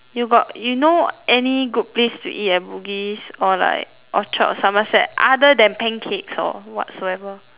you got you know any good place to eat at Bugis or like Orchard or Somerset other than pancakes or whatsoever